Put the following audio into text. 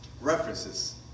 references